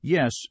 Yes